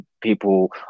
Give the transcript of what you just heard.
people